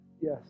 yes